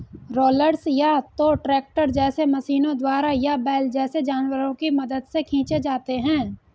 rollers या तो tractor जैसे मशीनों द्वारा या बैल जैसे जानवरों की मदद से खींचे जाते हैं